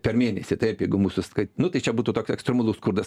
per mėnesį taip jeigu mūsų kad nu tai čia būtų toks ekstremalus skurdas